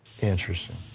Interesting